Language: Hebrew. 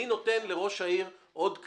אני נותן לראש העיר עוד כלי,